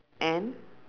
and